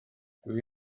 dwi